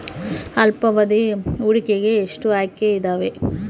ಅಲ್ಪಾವಧಿ ಹೂಡಿಕೆಗೆ ಎಷ್ಟು ಆಯ್ಕೆ ಇದಾವೇ?